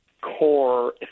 core